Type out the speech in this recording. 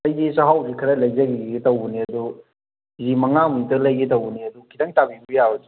ꯑꯩꯁꯦ ꯆꯍꯥꯎꯁꯦ ꯈꯔ ꯂꯩꯖꯈꯤꯒꯦ ꯇꯧꯕꯅꯦ ꯑꯗꯣ ꯀꯦꯖꯤ ꯃꯉꯥ ꯃꯨꯛꯇ ꯂꯩꯒꯦ ꯇꯧꯕꯅꯦ ꯑꯗꯣ ꯈꯤꯇꯪ ꯇꯥꯕꯤꯕ ꯌꯥꯔꯣꯏꯗ꯭ꯔꯣ